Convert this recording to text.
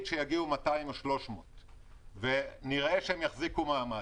נגיד שיגיעו 200 או 300 ונראה שהם יחזיקו מעמד